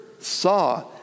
saw